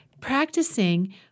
practicing